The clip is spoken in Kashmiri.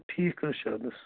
ٹھیٖک حظ چھُ اَدٕ حظ